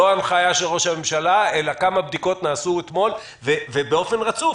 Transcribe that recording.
לא ההנחיה של ראש הממשלה אלא כמה בדיקות נעשו אתמול ובאופן רצוף,